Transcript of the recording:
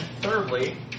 thirdly